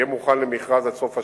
יהיה מוכן למכרז עד סוף השנה,